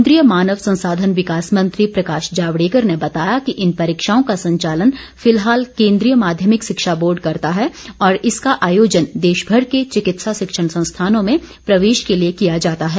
केंद्रीय मानव संसाधन विकास मंत्री प्रकाश जावडेकर ने बताया कि इन परीक्षाओं का संचालन फिलहाल केंदीय माध्यमिक शिक्षा बोर्ड करता है और इसका आयोजन देशभर के चिकित्सा शिक्षण संस्थानों में प्रवेश के लिए किया जाता है